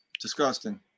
disgusting